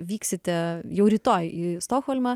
vyksite jau rytoj į stokholmą